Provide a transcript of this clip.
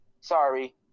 sorry